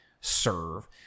serve